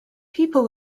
people